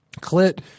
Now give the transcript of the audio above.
clit –